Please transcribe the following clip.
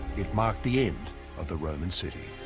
it marked the end of the roman city,